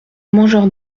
mangeurs